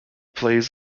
plays